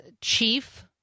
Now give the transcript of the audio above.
chief